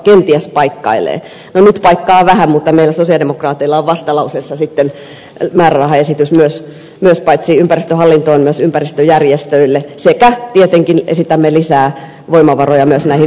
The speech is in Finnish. no nyt paikkaa vähän mutta meillä sosialidemokraateilla on vastalauseessa sitten määrärahaesitys paitsi ympäristöhallintoon myös ympäristöjärjestöille sekä tietenkin esitämme lisää voimavaroja myös näihin ympäristötöihin